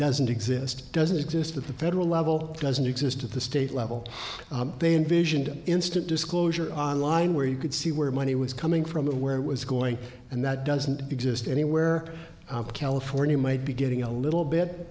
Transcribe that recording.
doesn't exist doesn't exist at the federal level doesn't exist at the state level they envisioned instant disclosure on line where you could see where money was coming from and where it was going and that doesn't exist anywhere for new might be getting a little bit